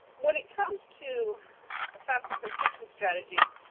when it comes to ah fafsa completion strategies,